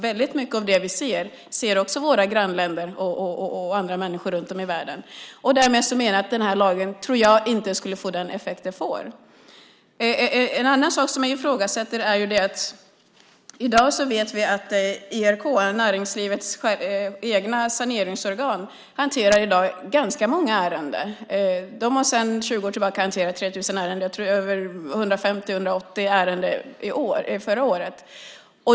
Väldigt mycket av det vi ser kan också ses i våra grannländer och av andra människor runt om i världen. Därmed tror jag att lagen inte kommer att få den effekt som avses. Det finns en annan sak som jag ifrågasätter. I dag vet vi att ERK, näringslivets eget saneringsorgan, hanterar ganska många ärenden. Det har sedan 20 år tillbaka hanterat 3 000 ärenden och hade 150-180 ärenden förra året.